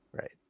Right